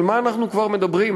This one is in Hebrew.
על מה אנחנו כבר מדברים?